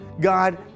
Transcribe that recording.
God